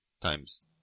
times